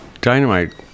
Dynamite